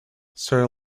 sir